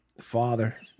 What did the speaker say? Father